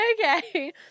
Okay